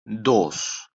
dos